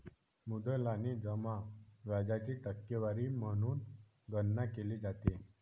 मुद्दल आणि जमा व्याजाची टक्केवारी म्हणून गणना केली जाते